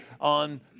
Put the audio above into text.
on